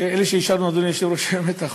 אלה שאישרנו את החוק.